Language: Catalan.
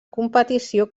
competició